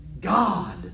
God